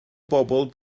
bobl